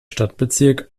stadtbezirk